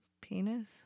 Penis